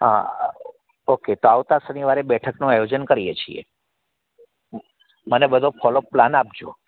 હા ઓકે તો આવતા શનિવારે બેઠકનું આયોજન કરીએ છીએ મને બધો ફોલોઅપ પ્લાન આપજો